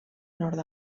nord